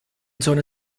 zona